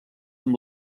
amb